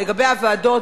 לגבי הוועדות,